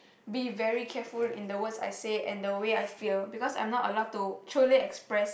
be very careful with the word I say and the way I feel because I'm not allowed to truly express